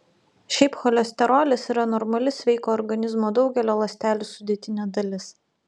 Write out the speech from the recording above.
šiaip cholesterolis yra normali sveiko organizmo daugelio ląstelių sudėtinė dalis